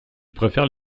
préfères